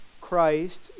Christ